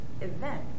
event